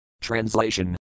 Translation